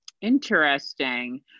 Interesting